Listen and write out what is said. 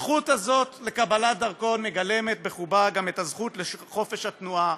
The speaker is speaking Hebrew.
הזכות הזאת לקבלת דרכון מגלמת בחובה גם את הזכות לחופש התנועה,